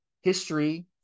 history